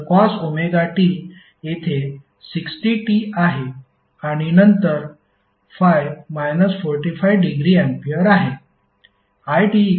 तर cos omega T येथे 60t आहे आणि नंतर फाय 45 डिग्री अँपिअर आहे